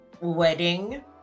wedding